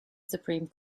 supreme